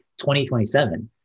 2027